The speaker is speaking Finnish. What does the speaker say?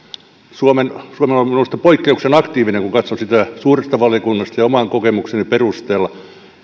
suomi on ollut minusta poik keuksellisen aktiivinen kun katsoo sitä suuresta valiokunnasta ja oman kokemukseni perusteella